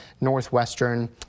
northwestern